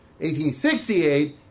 1868